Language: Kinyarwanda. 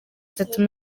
itatu